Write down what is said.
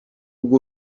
bw’u